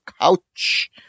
couch